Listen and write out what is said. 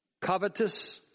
Covetous